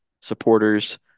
supporters